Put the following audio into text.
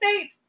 state